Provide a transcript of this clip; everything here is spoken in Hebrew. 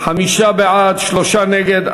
חמישה בעד, שלושה מתנגדים.